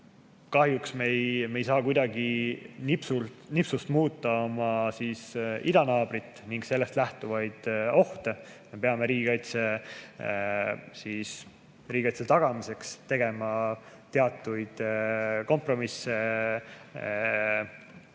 kahjuks me ei saa kuidagi nipsust muuta oma idanaabrit ning sealt lähtuvaid ohte. Me peame riigikaitse tagamiseks tegema oma riigis teatud kompromisse.